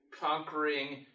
conquering